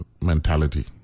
mentality